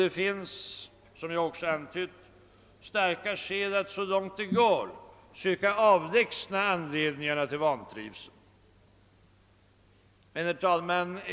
Det finns, såsom jag också antydde, starka skäl att så långt det går söka avlägsna anledningarna till vantrivsel.